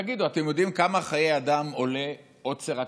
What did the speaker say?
תגידו, אתם יודעים כמה חיי אדם עולה עוצר הכלכלה?